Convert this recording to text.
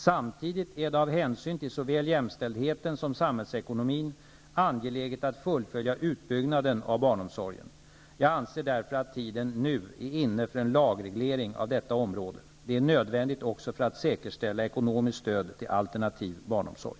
Samtidigt är det av hänsyn till såväl jämställdheten som samhällsekonomin angeläget att fullfölja utbyggnaden av barnomsorgen. Jag anser därför att tiden nu är inne för en lagreglering av detta område. Det är nödvändigt också för att säkerställa ekonomiskt stöd till alternativ barnomsorg.